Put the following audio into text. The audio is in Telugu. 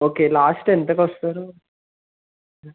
okay last ఎంతకొస్తారు